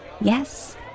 Yes